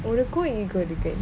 எனக்கும்:enakum ego இருக்கு:iruku